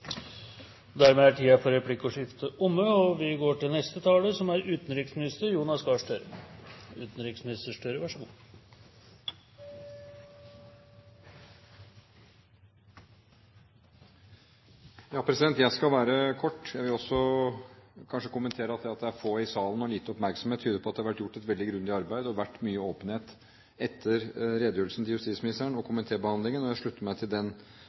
er omme. Jeg skal være kort. Jeg vil kommentere at det at det er få i salen og lite oppmerksomhet, tyder på at det har vært gjort et veldig grundig arbeid og vært mye åpenhet etter redegjørelsen fra justisministeren og komitébehandlingen. Jeg slutter meg til den positive omtalen som er blitt både han, komitélederen og komiteens innstilling til del. Og jeg slutter meg som utenriksminister til justisministerens innlegg og hans kommentar. Jeg har lyst til å si at i den